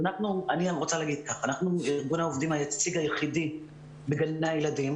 אני רוצה להגיד ככה: אנחנו ארגון העובדים היציג היחידי של גני ילדים